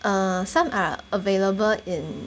err some are available in